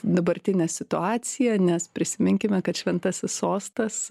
dabartinę situaciją nes prisiminkime kad šventasis sostas